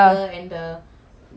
oh